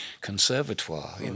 conservatoire